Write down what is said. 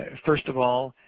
ah first of all